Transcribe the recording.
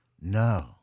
No